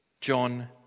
John